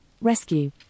Rescue